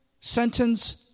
sentence